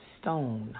Stone